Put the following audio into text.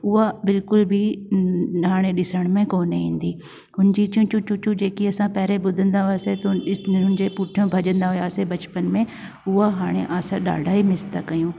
उहा बिलकुल बि हाणे ॾिसण में कोनि ईदी हुन जी चूं चूं चूं जेकी असां पहरियों ॿुधंदा हुआसीं तूं ॾिस हुननि जे पुठियां भॼंदा हुयासे बचपन में उहा हाणे असां ॾाढा ई मिस था कयूं